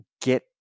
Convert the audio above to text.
get